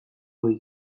ohi